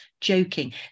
joking